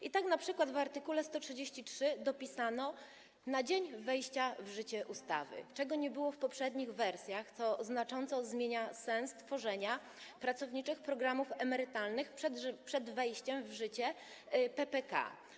I tak np. w art. 133 dopisano „na dzień wejścia w życie ustawy”, czego nie było w poprzednich wersjach, a co znacząco zmienia sens tworzenia pracowniczych programów emerytalnych przed wejściem w życie PPK.